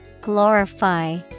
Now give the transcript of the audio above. Glorify